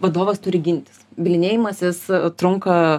vadovas turi gintis bylinėjimasis trunka